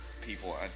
people